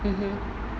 mmhmm